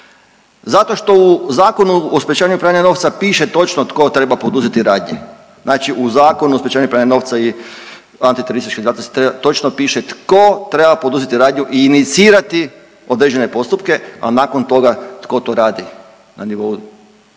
zato što u Zakonu o sprječavanju pranja novca piše točno tko treba poduzeti radnje, znači u Zakonu o sprječavanju pranja novca i antiteroristički …/Govornik se ne razumije/…točno piše tko treba poduzeti radnju i inicirati određene postupke, a nakon toga tko to radi na nivou